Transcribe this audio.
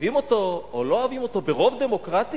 אוהבים אותו, לא אוהבים אותו, ברוב דמוקרטי?